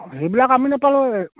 সেইবিলাক আমি নেপালোঁ